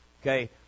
Okay